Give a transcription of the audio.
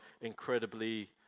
incredibly